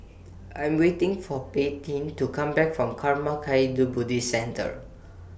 I Am waiting For Paityn to Come Back from Karma Kagyud Buddhist Centre